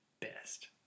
best